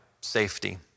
safety